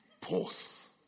pause